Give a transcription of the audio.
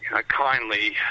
kindly